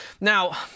Now